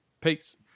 Peace